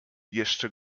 jeszcze